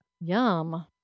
Yum